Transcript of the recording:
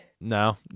no